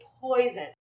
poison